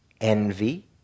envy